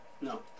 No